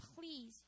please